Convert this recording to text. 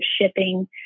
shipping